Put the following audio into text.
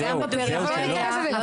זה בתוך הפריפריה.